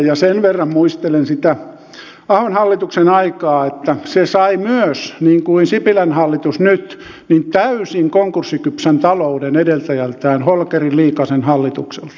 ja sen verran muistelen sitä ahon hallituksen aikaa että se sai myös niin kuin sipilän hallitus nyt täysin konkurssikypsän talouden edeltäjältään holkerinliikasen hallitukselta